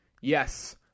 Yes